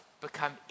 become